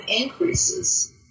increases